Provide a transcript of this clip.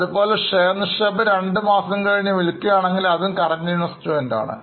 അതുപോലെ Share നിക്ഷേപം 2 Months കഴിഞ്ഞിട്ട് വിൽക്കുകയാണെങ്കിൽഅതും കറക്റ്റ് Investment ആണ്